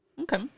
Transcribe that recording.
Okay